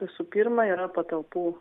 visų pirma yra patalpų